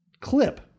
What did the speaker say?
clip